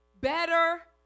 Better